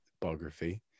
biography